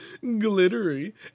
glittery